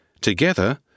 Together